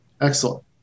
Excellent